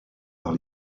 par